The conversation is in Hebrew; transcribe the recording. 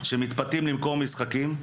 שמתפתים למכור משחקים,